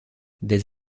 des